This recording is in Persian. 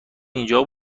اینجا